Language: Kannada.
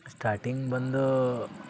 ಸ್ಟಾಟಿಂಗ್ ಬಂದು